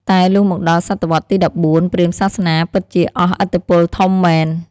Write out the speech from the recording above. តែលុះមកដល់សតវត្សរ៍ទី ១៤ ព្រាហ្មណ៍សាសនាពិតជាអស់ឥទ្ធិពលធំមែន។